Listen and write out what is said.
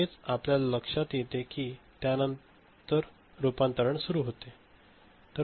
लगेच आपल्याला लक्षात येते कि त्यानंतर लगेच त्याचे रुपांतरण सुरू होते